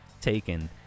taken